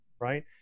right